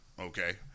Okay